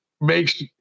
makes